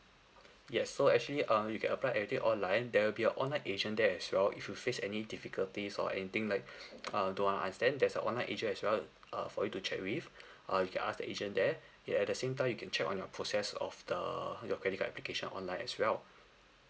yes so actually uh you can apply everything online there will be a online agent there as well if you face any difficulties or anything like err don't un~ understand there's a online agent as well uh for you to check with uh you can ask the agent there it at the same time you can check on your process of the your credit card application online as well